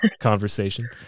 conversation